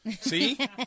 See